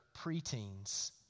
preteens